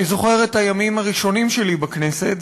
אני זוכר את הימים הראשונים שלי בכנסת,